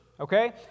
okay